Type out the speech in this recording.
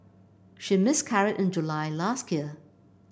she miscarried in July last year